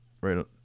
Right